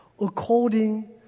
according